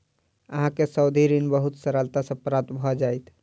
अहाँ के सावधि ऋण बहुत सरलता सॅ प्राप्त भ जाइत